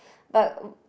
but